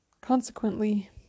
Consequently